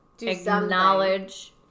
acknowledge